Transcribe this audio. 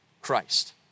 Christ